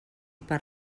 per